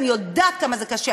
ואני יודעת כמה זה קשה.